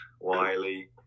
Wiley